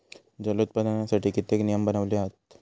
जलोत्पादनासाठी कित्येक नियम बनवले हत